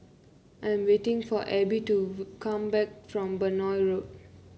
I am waiting for Abbey to come back from Benoi Road